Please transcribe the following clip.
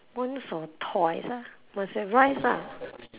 once or twice ah must have rice lah